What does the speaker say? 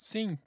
Sim